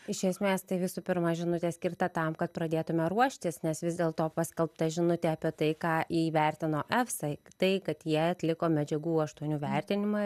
iš esmės tai visų pirma žinutė skirta tam kad pradėtume ruoštis nes vis dėl to paskelbta žinutė apie tai ką įvertino efsai tai kad jie atliko medžiagų aštuonių vertinimą